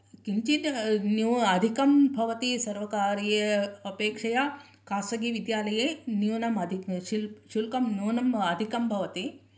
किञ्चित् न्यू अधिकं पवति सर्वकारीय अपेक्षया खासगीविद्यालये न्यूनं अधिक शिल्क् शुल्कं नूनम् अधिकं भवति